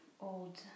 old